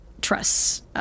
trusts